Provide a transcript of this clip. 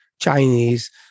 Chinese